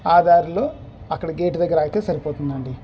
ఆ దారిలో అక్కడ గేట్ దగ్గర ఆగితే సరిపోతుంది అండి